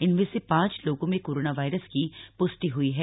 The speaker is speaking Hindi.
इनमें से पांच लोगों में कोरोना वायरस की पृष्टि ह्ई है